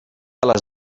les